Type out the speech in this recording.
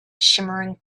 shimmering